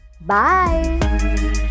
Bye